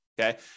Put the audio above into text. okay